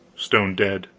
stone dead.